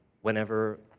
Whenever